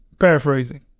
paraphrasing